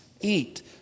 eat